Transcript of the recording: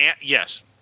Yes